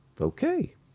Okay